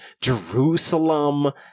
Jerusalem